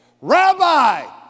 Rabbi